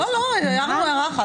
הערנו הערה אחת.